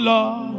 Lord